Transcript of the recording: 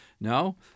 No